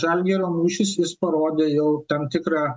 žalgirio mūšis jis parodė jau tam tikrą